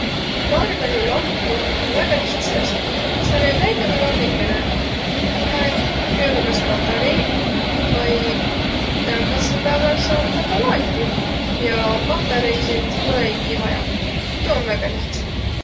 Karmanilamp om väega lihtsa asi. Sääne väikene lambikõnõ, kohe käüväq kas patareiq vai täämbädsel pääväl saa tedä ka laatiq ja patareisid ole-i-ki vaja. Tuu om väega lihtsa.